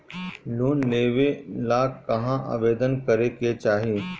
Loan लेवे ला कहाँ आवेदन करे के चाही?